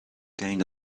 kind